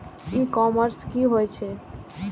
ई commerce की होय छेय?